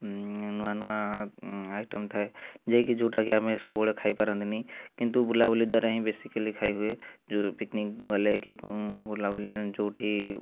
ନୂଆ ନୂଆ ଆଇଟମ୍ ଥାଏ ଯିଏକି ଯେଉଁଟାକି ଆମେ ସବୁବେଳେ ଖାଇପାରନ୍ତିନି କିନ୍ତୁ ବୁଲାବୁଲି ଦ୍ଵାରା ହିଁ ବେସିକାଲି ଖାଇ ହୁଏ ଯେଉଁ ପିକନିକ୍ ଗଲେ କି ବୁଲାବୁଲି ଯେଉଁଠି